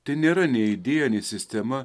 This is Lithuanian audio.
tai nėra nei idėja nei sistema